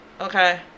Okay